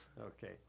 Okay